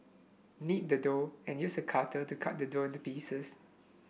knead the dough and use a cutter to cut the dough into pieces